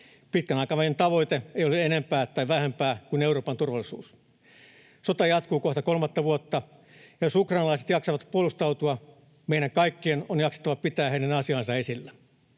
Pitkän aikavälin tavoite ei ole enempää tai vähempää kuin Euroopan turvallisuus. Sota jatkuu kohta kolmatta vuotta, ja jos ukrainalaiset jaksavat puolustautua, meidän kaikkien on jaksettava pitää heidän asiaansa esillä.